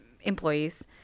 employees